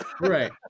Right